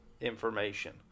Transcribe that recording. information